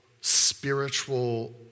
spiritual